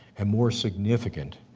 and more significant,